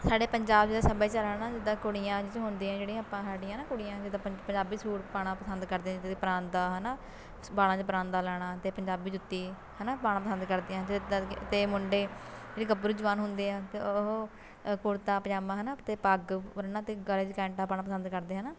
ਸਾਡੇ ਪੰਜਾਬ ਦਾ ਸੱਭਿਆਚਾਰ ਹੈ ਨਾ ਜਿੱਦਾਂ ਕੁੜੀਆਂ ਇਹਦੇ 'ਚ ਹੁੰਦੀਆਂ ਜਿਹੜੀਆਂ ਆਪਾਂ ਸਾਡੀਆਂ ਨਾ ਕੁੜੀਆਂ ਜਿੱਦਾਂ ਪੰ ਪੰਜਾਬੀ ਸੂਟ ਪਾਉਣਾ ਪਸੰਦ ਕਰਦੀਆਂ ਜਿੱਦਾਂ ਪਰਾਂਦਾ ਹੈ ਨਾ ਬਾਲਾਂ 'ਚ ਪਰਾਂਦਾ ਲਾਉਣਾ ਅਤੇ ਪੰਜਾਬੀ ਜੁੱਤੀ ਹੈ ਨਾ ਪਾਉਣਾ ਪਸੰਦ ਕਰਦੀਆਂ ਅਤੇ ਅਤੇ ਮੁੰਡੇ ਜਿਹੜੇ ਗੱਭਰੂ ਜਵਾਨ ਹੁੰਦੇ ਆ ਅਤੇ ਉਹ ਕੁੜਤਾ ਪਜਾਮਾ ਹੈ ਨਾ ਅਤੇ ਪੱਗ ਬੰਨਣਾ ਅਤੇ ਗਲੇ 'ਚ ਕੈਂਠਾ ਪਾਉਣਾ ਪਸੰਦ ਕਰਦੇ ਹੈ ਨਾ